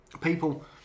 people